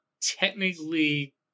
technically